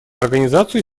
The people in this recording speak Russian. организацию